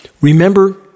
Remember